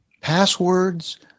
passwords